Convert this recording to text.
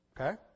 Okay